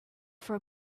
for